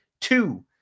two